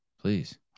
Please